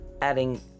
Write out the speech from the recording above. adding